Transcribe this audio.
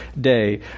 day